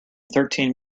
thirteen